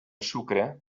sucre